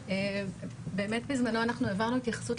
נפגעי עבירה בחטיבת